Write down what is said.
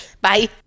Bye